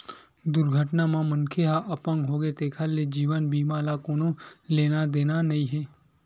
दुरघटना म मनखे ह अपंग होगे तेखर ले जीवन बीमा ल कोनो लेना देना नइ हे